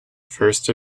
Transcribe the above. first